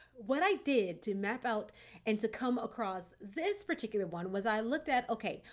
what i did to map out and to come across this particular one was i looked at, okay,